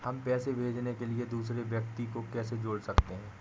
हम पैसे भेजने के लिए दूसरे व्यक्ति को कैसे जोड़ सकते हैं?